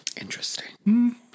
Interesting